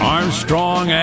Armstrong